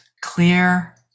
clear